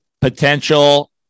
potential